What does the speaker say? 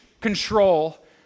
control